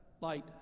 light